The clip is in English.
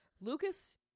Lucas